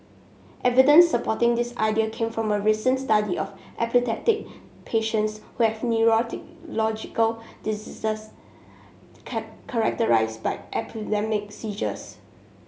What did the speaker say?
evidence supporting this idea came from a recent study of epileptic patients who have neurological diseases characterised by epileptic seizures